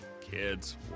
Kids